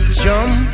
jump